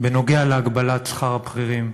בנוגע להגבלת שכר הבכירים,